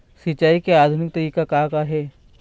सिचाई के आधुनिक तरीका का का हे?